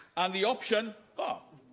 and the option ah